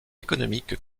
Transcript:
économique